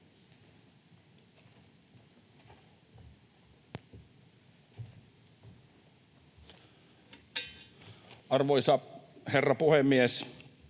Arvoisa herra puhemies!